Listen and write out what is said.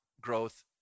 growth